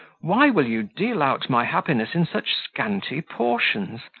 why will you deal out my happiness in such scanty portions?